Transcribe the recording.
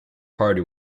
party